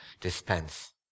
dispense